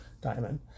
Diamond